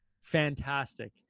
fantastic